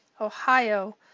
Ohio